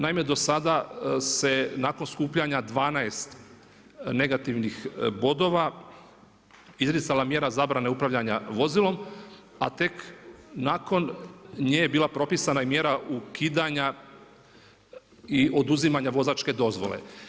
Naime, do sada se nakon skupljanja 12 negativnih bodova izricala mjera zabrane upravljanja vozilom a tek nakon nje je bila propisana i mjera ukidanja i oduzimanja vozačke dozvole.